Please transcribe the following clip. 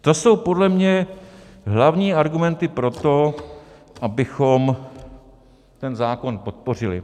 To jsou podle mě hlavní argumenty pro to, abychom ten zákon podpořili.